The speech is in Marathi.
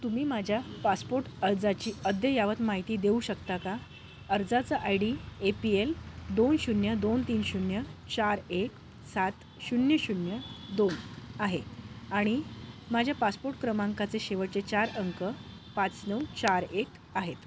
तुम्ही माझ्या पासपोर्ट अर्जाची अद्ययावत माहिती देऊ शकता का अर्जाचा I D A P L दोन शून्य दोन तीन शून्य चार एक सात शून्य शून्य दोन आहे आणि माझ्या पासपोर्ट क्रमांकाचे शेवटचे चार अंक पाच नऊ चार एक आहेत